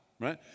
right